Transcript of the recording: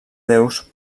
déus